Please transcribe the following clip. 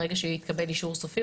ברגע שיתקבל אישור סופי,